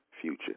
future